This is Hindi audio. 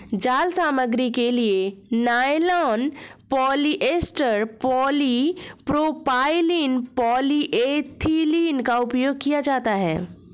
जाल सामग्री के लिए नायलॉन, पॉलिएस्टर, पॉलीप्रोपाइलीन, पॉलीएथिलीन का उपयोग किया जाता है